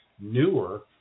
newer